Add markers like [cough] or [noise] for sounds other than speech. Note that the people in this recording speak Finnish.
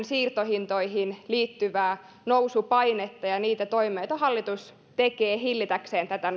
[unintelligible] siirtohintoihin liittyvää nousupainetta ja ja niitä toimia joita hallitus tekee hillitäkseen tätä [unintelligible]